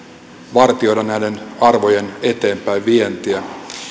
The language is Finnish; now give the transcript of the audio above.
vartioida näiden arvojen eteenpäinvientiä